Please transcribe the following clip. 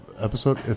episode